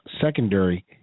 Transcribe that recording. secondary